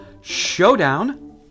showdown